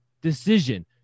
decision